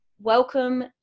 Welcome